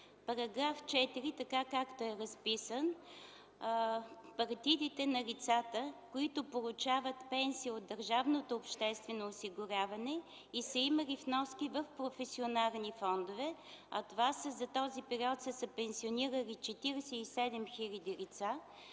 г., по § 4 така, както е разписан, с партидите на лицата, които получават пенсия от държавното обществено осигуряване и са имали вноски в професионални фондове, за този период са се пенсионирали 47 хил. лица,